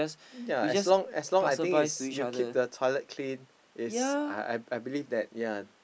ya as long as long I think if you keep the toilet clean is I believe that ya